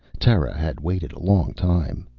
terra had waited a long time.